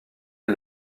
est